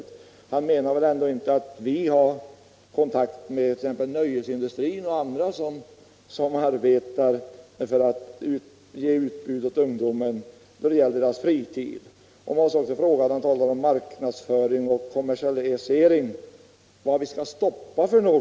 Men han menar väl då inte att moderaterna stöder t.ex. nöjesindustrin eller andra som arbetar med utbudet för ungdomen när det gäller deras fritid? Och vad vi skall stoppa när det gäller marknadsföringen har jag väldigt svårt att förstå.